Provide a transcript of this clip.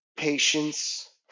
Patience